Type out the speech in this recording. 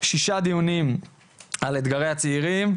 שישה דיונים על אתגרי הצעירים,